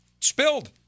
spilled